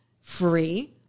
free